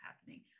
happening